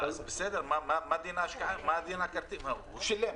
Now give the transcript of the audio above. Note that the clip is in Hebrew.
הוא שילם.